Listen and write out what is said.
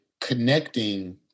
connecting